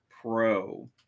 pro